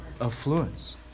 Affluence